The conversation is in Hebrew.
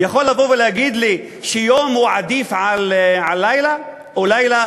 יכול לבוא ולהגיד שיום עדיף על לילה או לילה